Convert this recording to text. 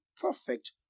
perfect